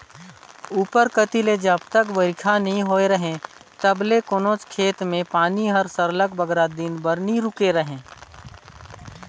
उपर कती ले जब तक बरिखा नी होए रहें तब ले कोनोच खेत में पानी हर सरलग बगरा दिन बर नी रूके रहे